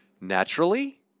Naturally